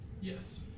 Yes